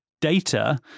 data